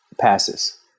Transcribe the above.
passes